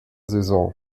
saison